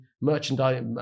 merchandise